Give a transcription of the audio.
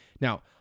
Now